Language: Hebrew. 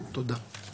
תודה.